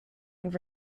and